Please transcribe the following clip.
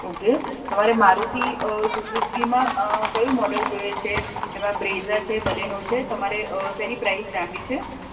okay તમારે મારુતિ સુઝુકીમાં કયું મોડલ જોઈએ છે એમાં બ્રેઝા છે બલેનો છે તમારે શેની પ્રાઇસ જાણવી છે